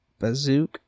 Bazook